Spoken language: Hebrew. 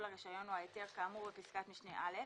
הרישיון או ההיתר כאמור בפסקת משנה (א),